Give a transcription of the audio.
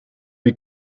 wie